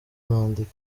nandika